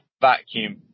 vacuum